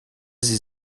sie